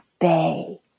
bay